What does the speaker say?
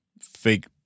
fake